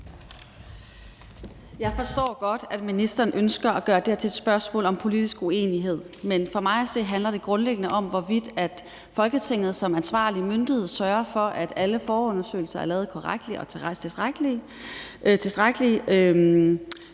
Jeg forstår godt, at ministeren ønsker at gøre det her til et spørgsmål om politisk uenighed, men for mig at se handler det grundlæggende om, hvorvidt Folketinget som ansvarlig myndighed sørger for, at alle forundersøgelser er lavet korrekt og er tilstrækkelige,